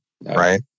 right